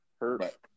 hurt